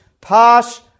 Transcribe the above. pass